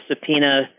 subpoena